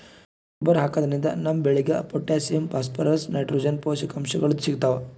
ಗೊಬ್ಬರ್ ಹಾಕಿದ್ರಿನ್ದ ನಮ್ ಬೆಳಿಗ್ ಪೊಟ್ಟ್ಯಾಷಿಯಂ ಫಾಸ್ಫರಸ್ ನೈಟ್ರೋಜನ್ ಪೋಷಕಾಂಶಗಳ್ ಸಿಗ್ತಾವ್